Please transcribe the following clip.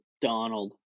Donald